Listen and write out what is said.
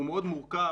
הוא מאוד מורכב,